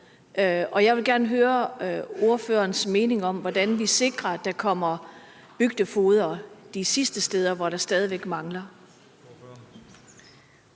og jeg vil gerne høre ordførerens mening om, hvordan vi sikrer, at der kommer bygdefogeder de sidste steder, hvor der stadig væk mangler.